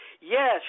Yes